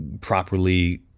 properly